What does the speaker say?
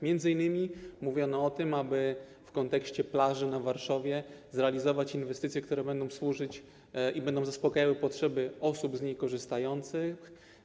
M.in. mówiono o tym, aby w kontekście plaży na Warszowie zrealizować inwestycje, które będą służyć i będą zaspokajały potrzeby osób z niej korzystających.